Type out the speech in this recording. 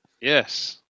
Yes